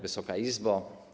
Wysoka Izbo!